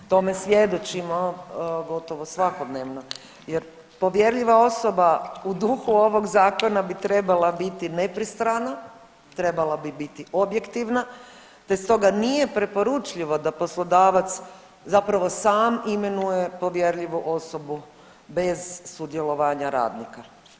Tome svjedočimo gotovo svakodnevno jer povjerljiva osoba u duhu ovog zakona bi trebala biti nepristrana, trebala bi biti objektivna te stoga nije preporučljivo da poslodavac zapravo sam imenuje povjerljivu osobu bez sudjelovanja radnika.